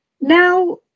Now